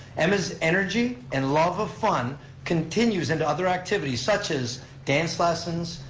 emma's energy and love of fun continues into other activities such as dance lessons,